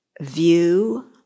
View